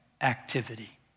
activity